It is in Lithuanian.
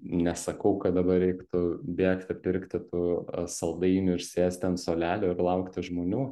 nesakau kad dabar reiktų bėgti pirkti tų saldainių ir sėsti ant suolelio ir laukti žmonių